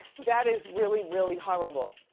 that is really really horrible.